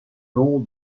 nom